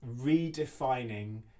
redefining